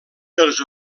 els